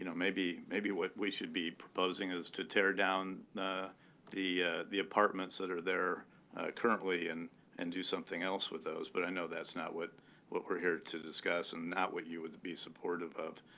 you know maybe maybe what we should be proposing is to tear down the the apartments that are there currently and and do something else with those. but i know that's not what what we're here to discuss and not what you would be supportive of.